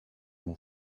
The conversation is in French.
mon